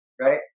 right